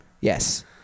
Yes